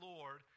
Lord